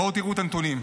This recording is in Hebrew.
בואו תראו את הנתונים,